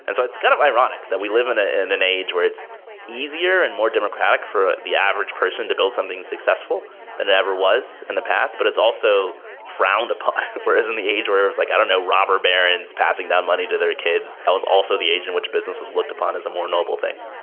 and so it's kind of ironic that we live in ah in an age where it's easier and more democratic for the average person to build something successful than ever was in the past, but it's also frowned upon. we're in the age where it's like, i don't know, robber barons passing down money to their kids. that was also the age in which business was looked upon as a more noble thing.